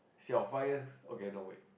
siao five years okay no wait